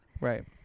Right